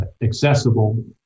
accessible